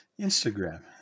Instagram